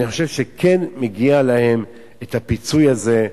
אני חושב שכן מגיע להם הפיצוי הזה,